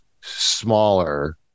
smaller